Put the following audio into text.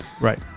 Right